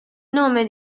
nome